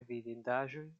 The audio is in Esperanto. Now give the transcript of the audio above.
vidindaĵoj